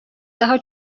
daha